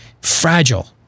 fragile